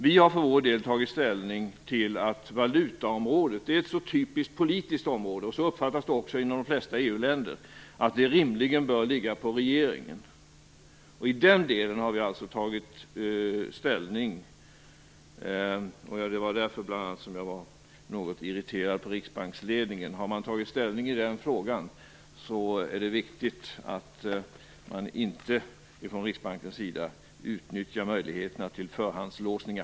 Vi har för vår del tagit ställning för att valutaområdet är ett så typiskt politiskt område - så uppfattas det också inom de flesta EU-länder - att det rimligen bör ligga på regeringen. I den delen har vi alltså tagit ställning, och det var bl.a. därför som jag var något irriterad på riksbanksledningen. Har man tagit ställning i den frågan är det viktigt att man från Riksbankens sida inte utnyttjar möjligheterna till förhandslåsningar.